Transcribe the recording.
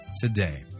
today